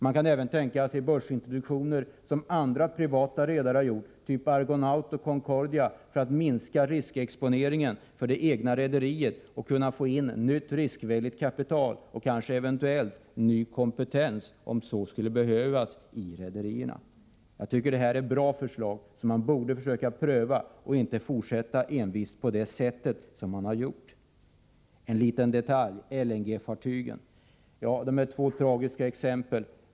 Man kan även tänka sig att vid börsintroduktioner göra som andra privata redare, typ Argonaut och Concordia, har gjort, för att minska riskexponeringen för det egna rederiet och få in nytt riskvilligt kapital och kanske eventuellt ny kompetens, om så skulle behövas, i rederierna. Jag tycker att de här förslagen är bra. Man borde pröva dem och inte envist fortsätta på det sätt som man hittills har gjort. En liten detalj om LNG-fartygen. Det gäller två tragiska fall.